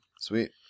Sweet